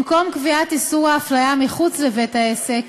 במקום קביעת איסור הפליה מחוץ לבית- העסק